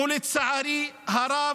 אך לצערי הרב,